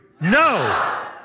no